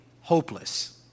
hopeless